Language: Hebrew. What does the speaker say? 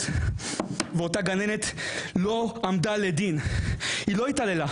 אותה גננת לא עמדה לדין כי היא לא התעללה,